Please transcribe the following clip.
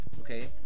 Okay